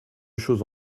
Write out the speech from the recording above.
chose